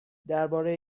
درباره